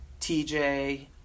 TJ